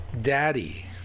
Daddy